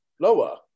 lower